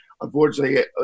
Unfortunately